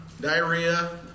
diarrhea